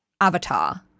avatar